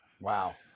Wow